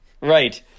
Right